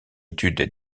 étude